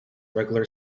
regular